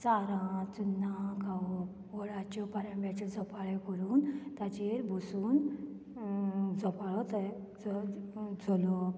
चारां चुन्नां खावप वडाच्यो पाराम्याच्यो झोपाळे करून ताजेर बसून झोपाळो तया च चलोवप